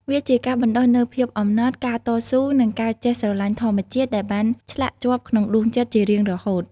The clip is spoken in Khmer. វាជាការបណ្ដុះនូវភាពអំណត់ ការតស៊ូ និងការចេះស្រឡាញ់ធម្មជាតិ ដែលបានឆ្លាក់ជាប់ក្នុងដួងចិត្តជារៀងរហូត។